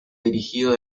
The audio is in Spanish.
dirigido